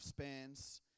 lifespans